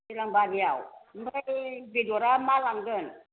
सोरां बारियाव ओमफ्राय बेदरा मा लांगोन